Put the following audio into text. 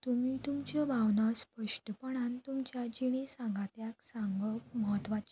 तुमी तुमच्यो भावनां स्पश्टपणान तुमच्या जिणे सांगात्याक सांगप म्हत्वाचें